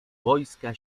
wojska